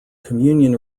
communion